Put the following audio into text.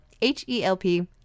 H-E-L-P